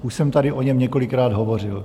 Už jsem tady o něm několikrát hovořil.